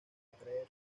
atraer